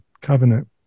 covenant